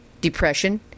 depression